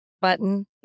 button